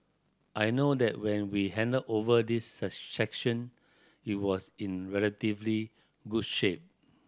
I know that when we handed over this section it was in relatively good shape